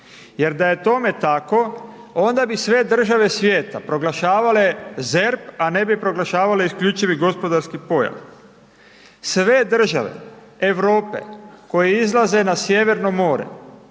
Jer da je tome tako onda bi sve države svijeta proglašavale ZERP a ne bi proglašavale isključivi gospodarski pojas. Sve države Europe koje izlaze na sjeverno more,